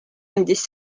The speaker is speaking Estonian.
andis